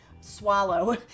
swallow